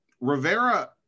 Rivera